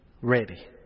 ready